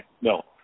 no